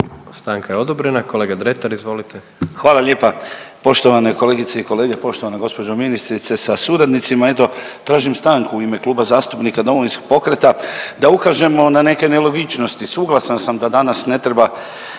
Stanka je odobrena. Kolega Dretar izvolite. **Dretar, Davor (DP)** Hvala lijepa. Poštovane i kolegice i kolege, poštovana gospođo ministrice sa suradnicima. Eto tražim stanku u ime Kluba zastupnika Domovinskog pokreta da ukažemo na neke nelogičnosti. Suglasan sam da danas ne treba